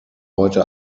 heute